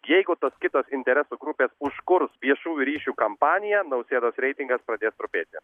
jeigu tos kitos interesų grupės užkurs viešųjų ryšių kampaniją nausėdos reitingas pradės trupėti